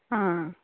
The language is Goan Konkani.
हां